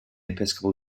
episcopal